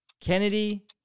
Kennedy